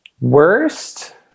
Worst